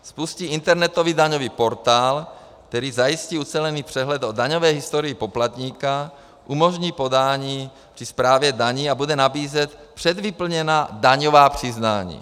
Spustí internetový daňový portál, který zajistí ucelený přehled o daňové historii poplatníka, umožní podání při správě daní a bude nabízet předvyplněná daňová přiznání.